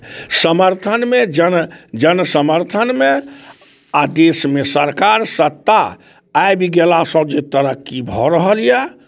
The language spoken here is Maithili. समर्थनमे जन जन समर्थन मे आओर देशमे सरकार सत्ता आबि गेलासँ जे तरक्की भऽ रहल अइ